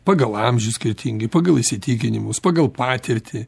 pagal amžių skirtingi pagal įsitikinimus pagal patirtį